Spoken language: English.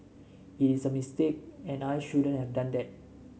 it is a mistake and I shouldn't have done that